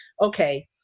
okay